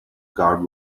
card